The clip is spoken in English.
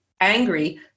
angry